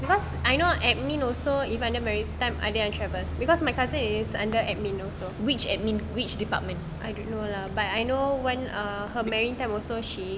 because I know admin also even under maritime ada yang travel because my cousin under admin also I didn't know lah but I know when her maritime also she is